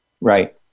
Right